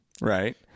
right